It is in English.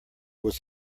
was